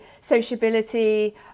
sociability